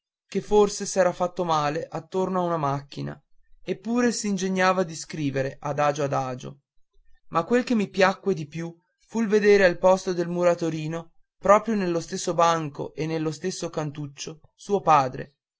che forse s'era fatto male attorno a una macchina eppure s'ingegnava di scrivere adagio adagio ma quel che mi piacque di più fu di vedere al posto del muratorino proprio nello stesso banco e nello stesso cantuccio suo padre